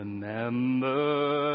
Remember